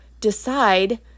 decide